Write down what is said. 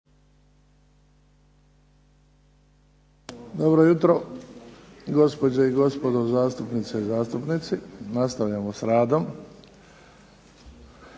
Dobro jutro gospođe i gospodo zastupnice i zastupnici. Nastavljamo sa radom